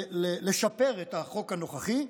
לשפר את החוק הנוכחי,